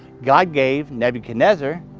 god gave nebuchadnezzar,